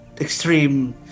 extreme